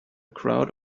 crowd